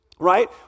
Right